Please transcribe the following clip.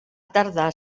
tardar